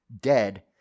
dead